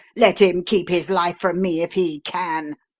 let him keep his life from me if he can!